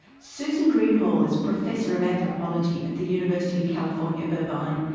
susan greenhalgh is professor of anthropology at the university of california, irvine,